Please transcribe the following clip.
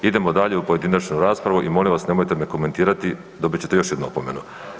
Idemo dalje u pojedinačnu raspravu i molim vas nemojte me komentirati, dobit ćete još jednu opomenu.